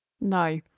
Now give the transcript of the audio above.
No